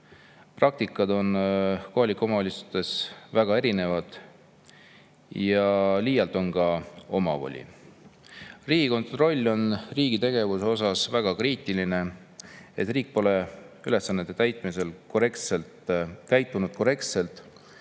praktikad on kohalikes omavalitsustes väga erinevad ja liialt on ka omavoli. Riigikontroll on riigi tegevuse suhtes väga kriitiline: riik pole ülesannete täitmisel käitunud korrektselt